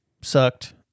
sucked